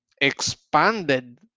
Expanded